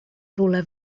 rywle